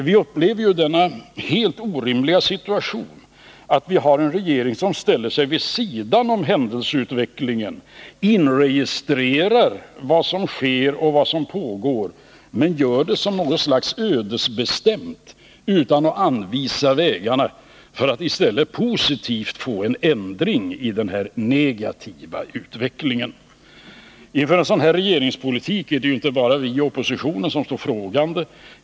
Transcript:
Vi upplever den helt orimliga situationen att vi har en regering som ställer sig vid sidan av händelseutvecklingen, inregistrerar vad som sker men gör det som om det vore något ödesbestämt, utan att visa vägarna för att få en positiv vändning i denna negativa utveckling. Inför en sådan regeringspolitik är det inte bara vi i oppositionen som står frågande.